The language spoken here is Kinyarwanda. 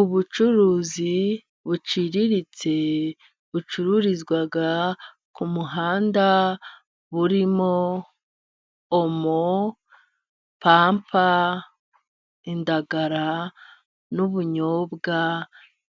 Ubucuruzi buciriritse bucururizwa ku muhanda buririmo: omo, pampa, indagara n'ubunyobwa